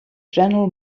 general